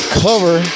cover